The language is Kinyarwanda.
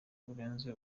burenze